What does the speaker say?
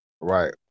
right